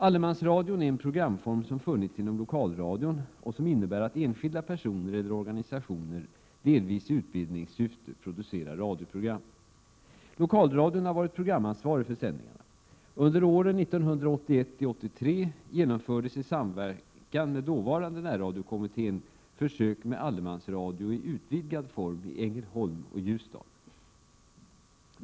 Allemansradion är en programform som funnits inom lokalradion och som innebär att enskilda personer eller organisationer, delvis i utbildningssyfte, producerar radioprogram. Lokalradion har varit programansvarig för sändningarna. Under åren 1981-83 genomfördes i samverkan med dåvarande närradiokommittén försök med allemansradio i utvidgad form i Ängelholm och Ljusdal.